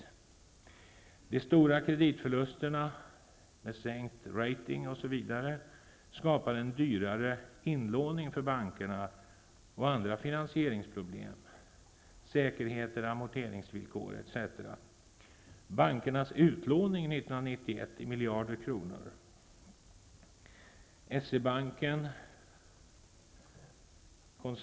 De stora kreditförlusterna -- med sänkt rating osv. -- skapar en dyrare inlåning för bankerna och andra finansieringsproblem, Kapitaltäckningsunderlaget är principiellt felaktigt.